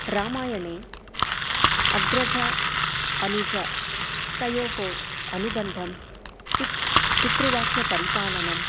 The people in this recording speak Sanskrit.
रामायणे अग्रजः अनुजः तयोः अनुबन्धः पित् पित्तृवाक्यपरिपालनम्